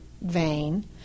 vein